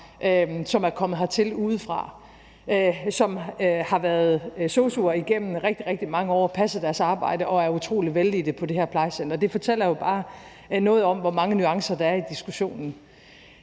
som er kommet hertil udefra, og som har været sosu'er igennem rigtig, rigtig mange år og passet deres arbejde og er utrolig vellidte på det her plejecenter, og det fortæller jo bare noget om, hvor mange nuancer der er i diskussionen.